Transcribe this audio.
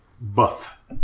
buff